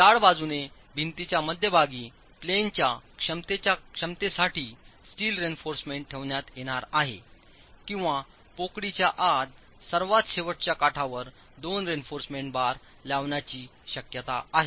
जाड बाजूने भिंतीच्या मध्यभागी प्लेनच्या क्षमतेच्या क्षमतेसाठी स्टील रेइन्फॉर्समेंट ठेवण्यात येणार आहेकिंवापोकळीच्या आत सर्वात शेवटच्या काठावर दोन रेइन्फॉर्समेंट बार लावण्याची शक्यता आहे